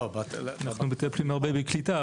אנחנו מטפלים הרבה בקליטה,